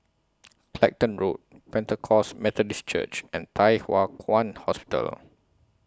Clacton Road Pentecost Methodist Church and Thye Hua Kwan Hospital